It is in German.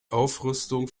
aufrüstung